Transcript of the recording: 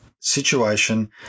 situation